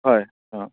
হয় অঁ